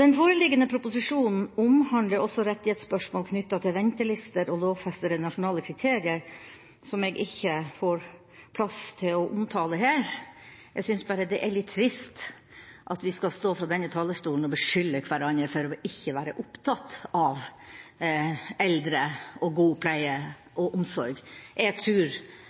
Den foreliggende proposisjonen omhandler også rettighetsspørsmål knyttet til ventelister og lovfestede nasjonale kriterier, som jeg ikke får plass til å omtale her. Jeg synes bare det er litt trist at vi skal stå på denne talerstolen og beskylde hverandre for ikke å være opptatt av eldre og av god pleie og omsorg. Jeg tror mine politiske motstandere er